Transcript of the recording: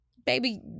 Baby